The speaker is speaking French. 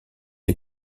est